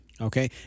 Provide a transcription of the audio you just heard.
Okay